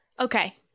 okay